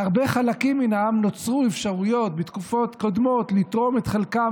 להרבה חלקים מן העם נוצרו אפשרויות בתקופות קודמות לתרום את חלקם,